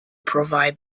provide